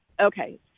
Okay